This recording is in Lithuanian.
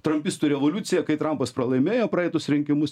trampistų revoliucija kai trampas pralaimėjo praeitus rinkimus